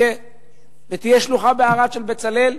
ותהיה בערד שלוחה של "בצלאל"